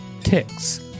ticks